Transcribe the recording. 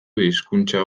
hizkuntza